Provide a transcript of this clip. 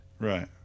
right